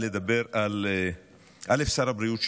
אני רוצה לדבר על שר הבריאות,